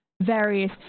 various